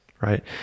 right